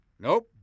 Nope